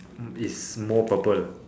is more purple